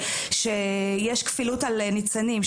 שיש כפילות על ניצנים.